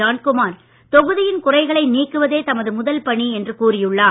ஜான்குமார் தொகுதியின் குறைகளை நீக்குவதே தமது முதல் பணி என்று கூறியுள்ளார்